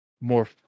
more